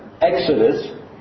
Exodus